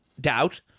doubt